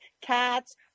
cats